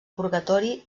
purgatori